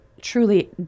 truly